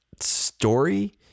story